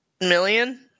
million